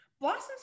blossom's